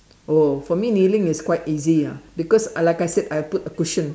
oh for me kneeling is quite easy ah because I like I said I put a cushion